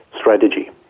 strategy